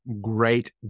great